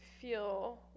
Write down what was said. feel